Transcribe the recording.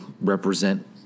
Represent